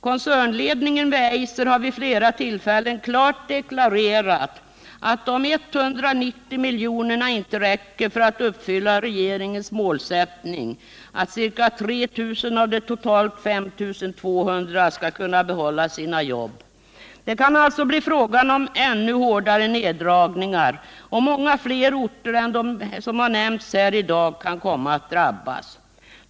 Koncernledningen vid Eiser har vid flera tillfällen klart deklarerat att 190 milj.kr. inte räcker för att uppfylla regeringens målsättning att ca 3 000 av de totalt 5 200 anställda skall kunna behålla sina jobb. Det kan alltså bli fråga om ännu hårdare neddragningar, och många fler orter än de som nämnts här i dag kan komma att drabbas.